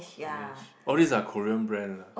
Laneige all these are Korean brand lah